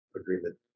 agreement